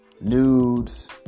Nudes